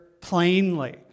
plainly